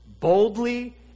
boldly